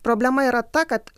problema yra ta kad